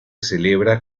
celebra